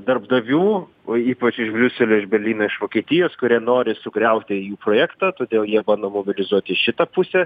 darbdavių o ypač iš briuselio iš berlyno iš vokietijos kurie nori sugriauti jų projektą todėl jie bando mobilizuoti šitą pusę